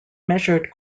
measured